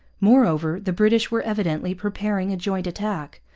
moreover, the british were evidently preparing a joint attack,